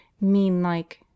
Mean-like